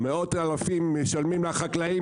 מאות אלפים משלמים לה החקלאים,